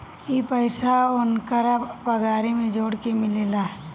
ई पइसा ओन्करा पगारे मे जोड़ के मिलेला